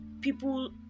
people